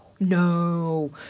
No